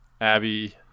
Abby